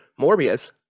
Morbius